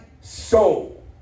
soul